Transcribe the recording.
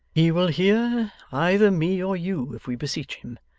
he will hear either me or you if we beseech him.